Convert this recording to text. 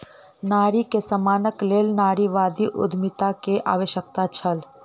नारी के सम्मानक लेल नारीवादी उद्यमिता के आवश्यकता छल